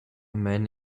man